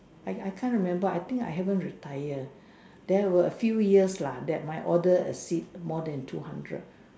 I I can't remember I think I haven't retire there were a few years lah that my order exceed more than two hundred